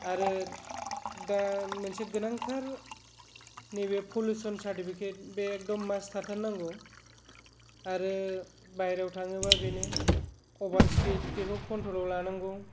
आरो दा मोनसे गोनांथार नैबे पलुशन सारटिफिकेट बे एखदम मास्ट थाथार नांगौ आरो बायरायाव थाङोबा बेनो अबार स्पिड बेखौ कन्ट्र'लाव लानांगौ